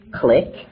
click